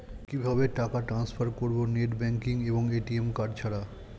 কিভাবে টাকা টান্সফার করব নেট ব্যাংকিং এবং এ.টি.এম কার্ড ছাড়া?